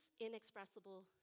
inexpressible